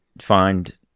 find